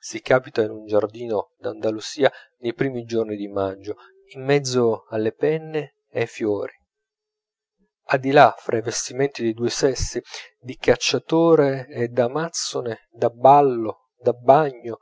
si capita in un giardino d'andalusia nei primi giorni di maggio in mezzo alle penne e ai fiori e di là fra i vestimenti dei due sessi da cacciatore e da amazzone da ballo da bagno